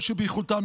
כל שביכולתם,